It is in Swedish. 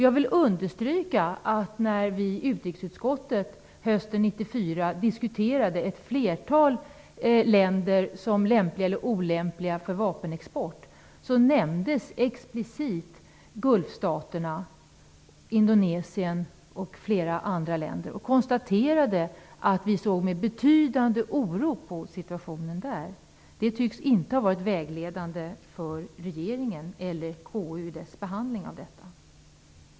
Jag vill understryka att när vi i utrikesutskottet hösten 1994 diskuterade ett flertal länder som lämpliga eller olämpliga för vapenexport nämndes explicit Gulfstaterna, Indonesien och flera andra länder. Vi konstaterade att vi såg med betydande oro på situationen där. Det tycks inte ha varit vägledande för regeringen eller för KU i dess behandling av detta ärende.